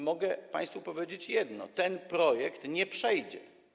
Mogę tu państwu powiedzieć jedno: ten projekt nie przejdzie.